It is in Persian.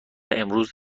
امروز